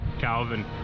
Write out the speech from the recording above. Calvin